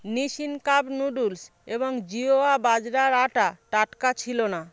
Nissin cup noodles এবং জিওয়া বাজরার আটা টাটকা ছিল না